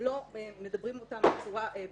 לא מדברים אותם בצורה ברורה.